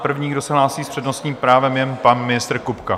První, kdo se hlásí s přednostním právem, je pan ministr Kupka.